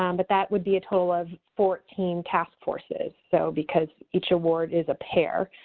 um but that would be a total of fourteen task forces so because each award is a pair.